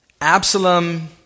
Absalom